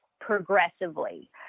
progressively